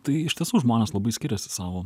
tai iš tiesų žmonės labai skiriasi savo